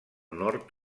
nord